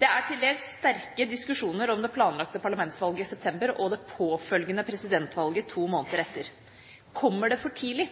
Det er til dels sterke diskusjoner om det planlagte parlamentsvalget i september og det påfølgende presidentvalget to måneder etter. Kommer det for tidlig?